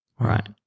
Right